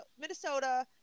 Minnesota